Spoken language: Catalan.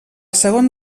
segon